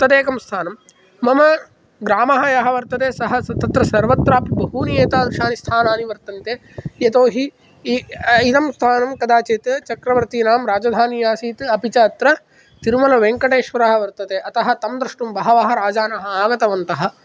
तदेकं स्थानं मम ग्रामः यः वर्तते सः तत्र सर्वत्रपि बहूनि एतादृशानि स्थानानि वर्तन्ते यतोहि इ इदं स्थानं कदाचित् चक्रवर्तीनां राजधानी आसीत् अपि च अत्र तिरुमलवेङ्कडेश्वरः वर्तते अतः तं द्रष्टुं बहवः राजानः आगतवन्तः